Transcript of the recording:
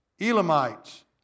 Elamites